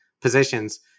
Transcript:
positions